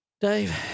Dave